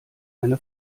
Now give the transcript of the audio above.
eine